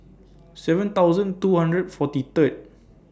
seven thousand two hundred forty Third